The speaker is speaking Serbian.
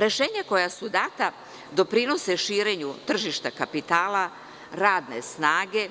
Rešenja koja su data doprinose širenju tržišta kapitala, radne snage,